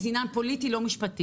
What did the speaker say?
זה עניין פוליטי ולא משפטי.